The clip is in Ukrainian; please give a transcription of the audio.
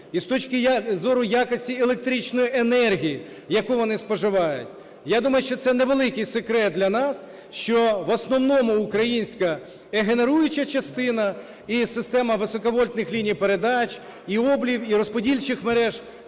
і з точки зору якості електричної енергії, яку вони споживають. Я думаю, що це невеликий секрет для нас, що в основному українська генеруюча частина і система високовольтних ліній передач, і облів, і розподільчих мереж